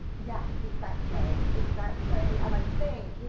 yeah, exactly, exactly and i think,